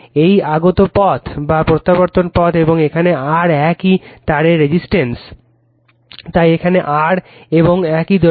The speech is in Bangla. এই আগত পথ এই প্রত্যাবর্তন পথ এবং এখানে R একই তারের রেজিস্ট্যান্স তাই এখানে R এবং একই দৈর্ঘ্য